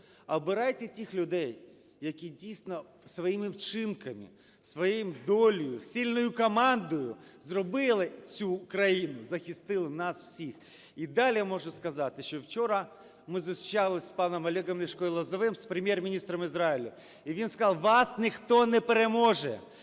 обирайте тих людей, які дійсно своїми вчинками, своєю долею, сильною командою зробили цю України, захистили нас всіх. І далі можу сказати, що вчора ми зустрічались з паном Олегом Ляшко і Лозовим з Прем'єр-міністром Ізраїлю і він сказав: "Вас ніхто не переможе,